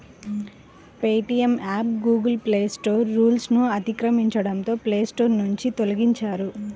Paytm app Google play store రూల్స్ను అతిక్రమించడంతో play store నుంచి తొలగించారు